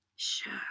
Sure